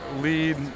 lead